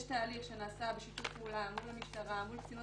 יש תהליך שנעשה בשיתוף פעולה מול המשטרה ומול קצינות